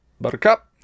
buttercup